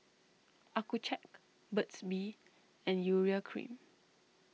Accucheck Burt's Bee and Urea Cream